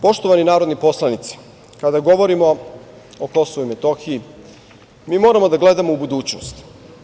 Poštovani narodni poslanici, kada govorimo o Kosovu i Metohiji, mi moramo da gledamo u budućnost.